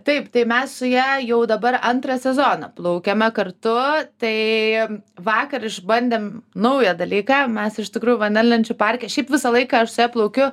taip tai mes su ja jau dabar antrą sezoną plaukiame kartu tai vakar išbandėm naują dalyką mes iš tikrųjų vandenlenčių parke šiaip visą laiką plaukiu